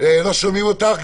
--- אז תישאר.